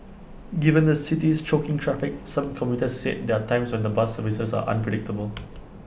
given the city's choking traffic some commuters said there are times when the bus services are unpredictable